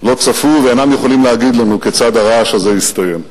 לא צפו ואינם יכולים להגיד לנו כיצד הרעש הזה יסתיים.